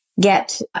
get